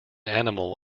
animal